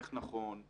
איך נכון,